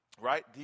Right